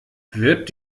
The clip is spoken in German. wird